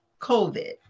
COVID